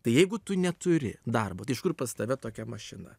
tai jeigu tu neturi darbo tai iš kur pas tave tokia mašina